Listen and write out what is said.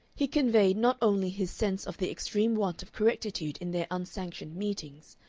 he conveyed not only his sense of the extreme want of correctitude in their unsanctioned meetings,